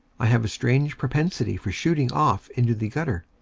i have a strange propensity for shooting off into the gutter,